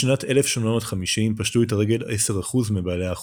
בשנת 1850 פשטו את הרגל 10% מבעלי האחוזות.